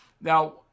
Now